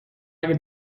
اگه